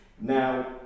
Now